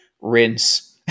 rinse